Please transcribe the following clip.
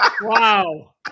Wow